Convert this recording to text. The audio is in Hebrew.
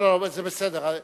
לא, זה בסדר.